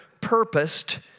purposed